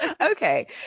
Okay